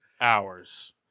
hours